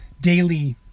daily